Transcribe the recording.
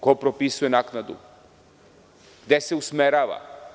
Ko propisuje naknadu, gde se usmerava?